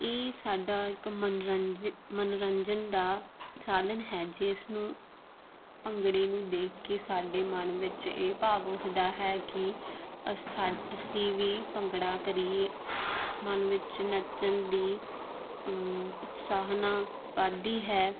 ਇਹ ਸਾਡਾ ਇਕ ਮਨੋਰੰਜ ਮਨੋਰੰਜਨ ਦਾ ਸਾਧਨ ਹੈ ਜਿਸ ਨੂੰ ਭੰਗੜੇ ਨੂੰ ਦੇਖ ਕੇ ਸਾਡੇ ਮਨ ਵਿੱਚ ਇਹ ਭਾਵ ਉੱਠਦਾ ਹੈ ਕਿ ਅਸ ਸਾ ਅਸੀਂ ਵੀ ਭੰਗੜਾ ਕਰੀਏ ਮਨ ਵਿੱਚ ਨੱਚਣ ਦੀ ਉਤਸਾਹਨਾ ਵੱਧਦੀ ਹੈ